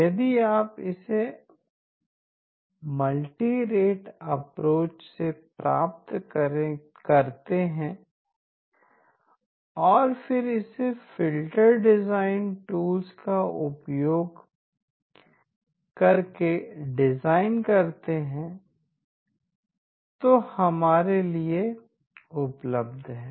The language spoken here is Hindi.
यदि आप इसे मल्टी रेट एप्रोच से प्राप्त करते हैं और फिर इसे फ़िल्टर डिज़ाइन टूल्स का उपयोग करके डिज़ाइन करते हैं जो हमारे लिए उपलब्ध हैं